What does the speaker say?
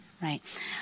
Right